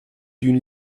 d’une